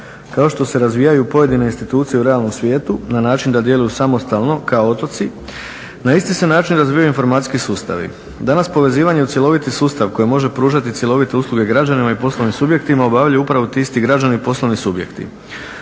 Kao što se razvijaju pojedine institucije u realnom svijetu na način da djeluju samostalno kao otoci, na isti se način razvijaju informacijski sustavi. Danas povezivanje u cjeloviti sustav koji može pružati cjelovite usluge građanima i poslovnim subjektima obavljaju upravo ti isti građani i poslovni subjekti.